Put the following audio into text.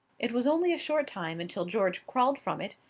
it was only a short time until george crawled from it,